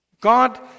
God